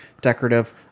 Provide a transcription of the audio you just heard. decorative